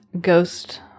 ghost